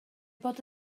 bod